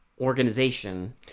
organization